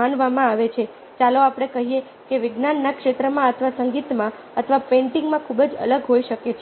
માનવામાં આવે છે ચાલો આપણે કહીએ કે વિજ્ઞાનના ક્ષેત્રમાં અથવા સંગીતમાં અથવા પેઇન્ટિંગમાં ખૂબ જ અલગ હોઈ શકે છે